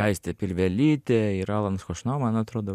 aistė pilvelytė ir alanas chošnau man atrodo